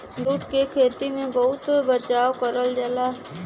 jute क खेती में बहुत बचाव करल जाला